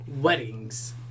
weddings